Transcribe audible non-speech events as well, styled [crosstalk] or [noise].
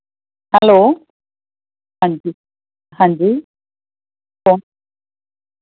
hello ਹਾਂਜੀ ਹਾਂਜੀ [unintelligible]